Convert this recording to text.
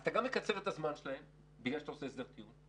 אתה גם מקצר את הזמן שלהם כי אתה עושה הסדר טיעון,